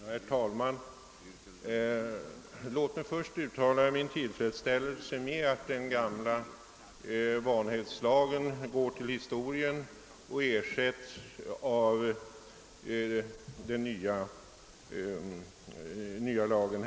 Herr talman! Låt mig först uttala min tillfredsställelse över att den gamla vanhävdslagen går till historien och ersätts med den föreslagna nya lagen.